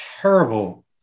terrible